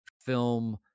film